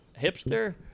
Hipster